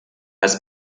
ist